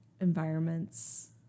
environments